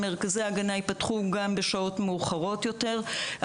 מרכזי ההגנה ייפתחו גם בשעות מאוחרות יותר.